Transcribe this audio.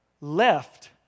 left